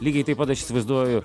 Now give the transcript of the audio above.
lygiai taip pat aš įsivaizduoju